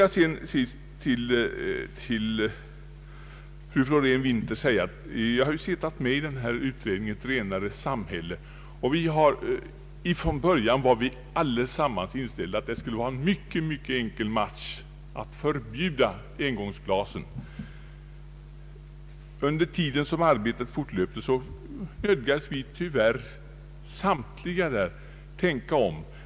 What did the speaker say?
Jag vill sedan säga till fru Florén Winther att jag varit ledamot av Kommittén för ett renare samhälle och att vi från början allesammans var inställda på att det skulle vara mycket enkelt att förbjuda engångsglasen. Men under den tid som arbetet pågick nödgades vi tyvärr samtliga tänka om.